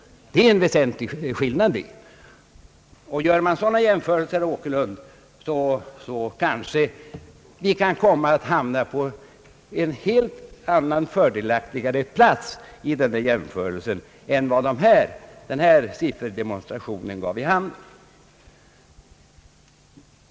Det är en väsentlig skillnad. Gör man sådana jämförelser, herr Åkerlund, kanske vi kan komma att hamna på en helt annan och fördelaktigare plats i denna jämförelse än denna sifferdemonstration gav vid handen.